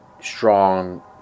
strong